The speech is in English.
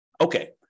Okay